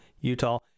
Utah